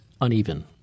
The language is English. uneven